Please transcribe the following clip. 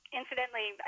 incidentally